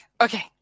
Okay